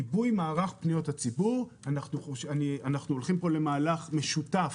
עיבוי מערך פניות הציבור אנחנו הולכים למהלך משותף.